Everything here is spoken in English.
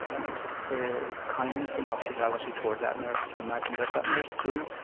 and the kindness and hospitality toward that nurse to imagine that that nurse, too,